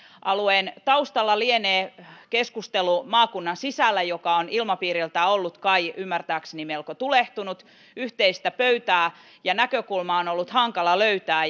taustalla lienee keskustelu maakunnan sisällä joka on ilmapiiriltään ollut kai ymmärtääkseni melko tulehtunut yhteistä pöytää ja näkökulmaa on ollut hankala löytää